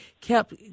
kept